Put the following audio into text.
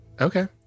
Okay